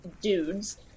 dudes